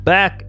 Back